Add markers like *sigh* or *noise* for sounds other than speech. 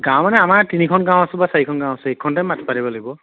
গাঁও মান আমাৰ তিনিখন গাঁও আছো বা চাৰিখন গাঁও আছে সেইখনতে *unintelligible* লাগিব